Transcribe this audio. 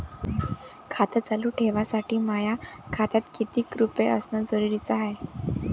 खातं चालू ठेवासाठी माया खात्यात कितीक रुपये असनं जरुरीच हाय?